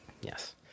Yes